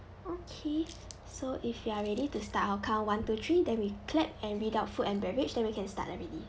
okay so if you are ready to start I'll count one two three then we clap and read out food and beverage then we can start already